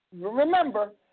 remember